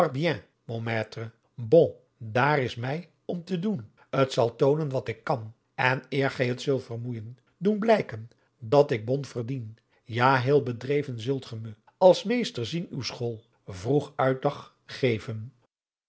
daar is t my om te doen k zal toonen wat ik kan en eer gy t zult vermoên adriaan loosjes pzn het leven van johannes wouter blommesteyn doen blijken dat ik bon verdien ja heel bedreven zult gij me als meester zien uw school vroeg uytdag geven